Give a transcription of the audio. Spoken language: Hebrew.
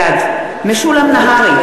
בעד משולם נהרי,